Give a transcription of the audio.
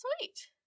Sweet